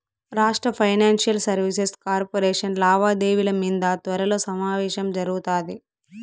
రాష్ట్ర financial services corporation లావాదేవిల మింద త్వరలో సమావేశం జరగతాది